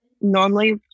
normally